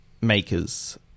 makers